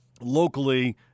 locally